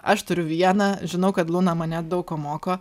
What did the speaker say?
aš turiu vieną žinau kad luna mane daug ko moko